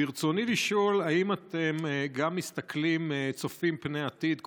ברצוני לשאול אם אתם גם מסתכלים, צופים פני העתיד.